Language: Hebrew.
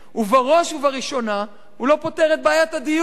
ובראש ובראשונה הוא לא פותר את בעיית הדיור.